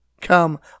come